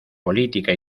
política